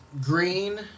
Green